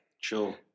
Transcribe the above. Sure